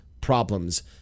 problems